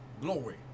glory